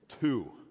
Two